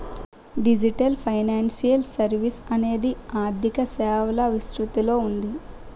digital financial services అనేది ఆర్థిక సేవల విస్తృతిలో ఉంది